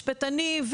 משפטנים,